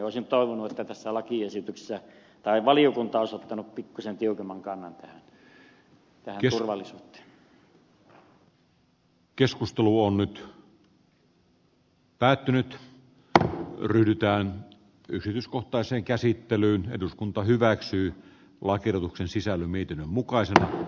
olisin toivonut että tässä valiokunta olisi ottanut pikkuisen tiukemman kannan tähän ryhdytään yrityskohtaiseen käsittelyyn eduskunta hyväksyy kovan kerroksen sisällä miten mukaisia